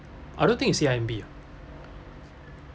I don't think is C_I_M_B ah